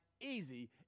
easy